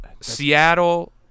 Seattle